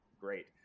great